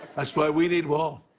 that's why we need wall.